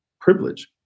privilege